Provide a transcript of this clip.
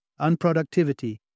unproductivity